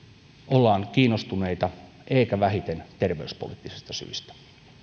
ollaan kiinnostuneita eikä vähiten terveyspoliittisista syistä